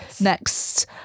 next